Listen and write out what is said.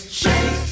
shake